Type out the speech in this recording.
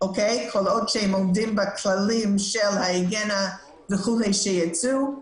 כל עוד שהם עומדים בכללים של ההיגיינה וכו' שייצאו.